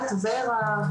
ור"ה.